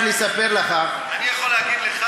זה היה באיסטנבול.